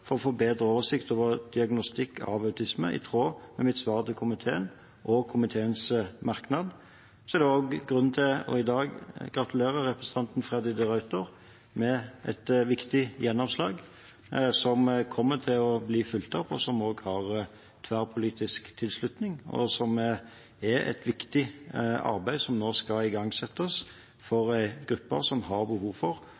for å få bedre oversikt over diagnostikk av autisme i tråd med mitt svar til komiteen og komiteens merknad. Det er også grunn til i dag å gratulere representanten Freddy de Ruiter med et viktig gjennomslag, som kommer til å bli fulgt opp, og som også har tverrpolitisk oppslutning, og som er et viktig arbeid som nå skal igangsettes